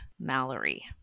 Mallory